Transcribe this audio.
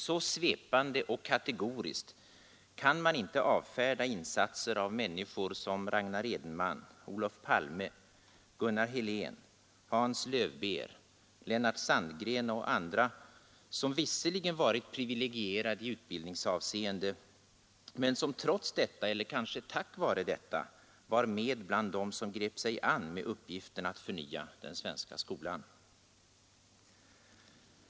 Så svepande och kategoriskt kan man inte avfärda insatser av människor som Ragnar Edenman, Olof Palme, Gunnar Helén, Hans Löwbeer, Lennart Sandgren och andra som visserligen varit privilegierade i utbildningsavseende men som trots detta — eller kanske tack vare detta — var med bland dem som grep sig an med uppgiften att förnya den svenska skolan.